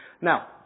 Now